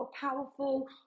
powerful